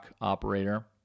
operator